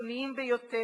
הקיצוניים ביותר.